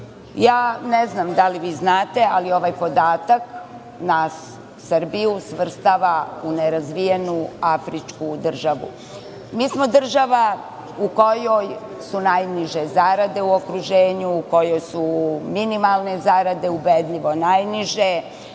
radnik. Ne znam da li vi znate ali ovaj podatak nas Srbiju svrstava u nerazvijenu Afričku državu. Mi smo država u kojoj su najniže zarade u okruženju, u kojoj su minimalne zarade ubedljivo najniže.